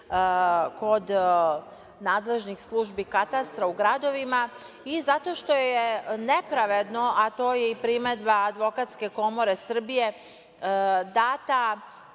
kod nadležnih službi katastra u gradovima i zato što je nepravedno, a to je i primedba Advokatske komore Srbije data